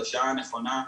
בשעה הנכונה,